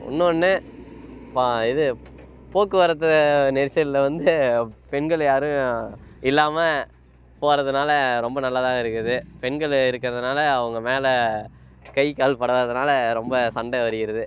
இன்னும் ஒன்று பா இது போக்குவரத்து நெரிசலில் வந்து பெண்கள் யாரும் இல்லாமல் போகிறதுனால ரொம்ப நல்லாதாக இருக்குது பெண்கள் இருக்கிறதுனால அவங்க மேலே கை கால் படாதனால் ரொம்ப சண்டை வருகிறது